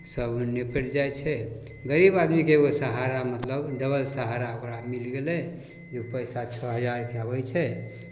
सभ निपटि जाइ छै गरीब आदमीके एगो सहारा मतलब डबल सहारा ओकरा मिलि गेलै जे ओ पइसा छओ हजारके अबै छै